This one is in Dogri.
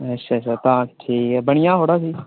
अच्छा अच्छा तां ठीक ऐ बनी जाह्ग थुआढ़ा भी